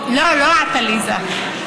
לא, לא את, עליזה.